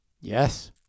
Yes